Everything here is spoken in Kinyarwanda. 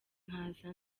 nkaza